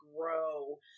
grow